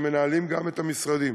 שמנהלים גם את המשרדים,